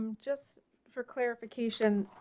just for clarification.